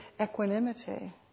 equanimity